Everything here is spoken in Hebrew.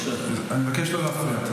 אני מבקש לא להפריע.